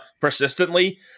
persistently